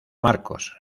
marcos